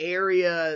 area